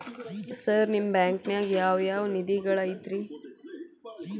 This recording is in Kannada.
ಸರ್ ನಿಮ್ಮ ಬ್ಯಾಂಕನಾಗ ಯಾವ್ ಯಾವ ನಿಧಿಗಳು ಐತ್ರಿ?